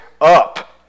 up